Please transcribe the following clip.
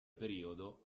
periodo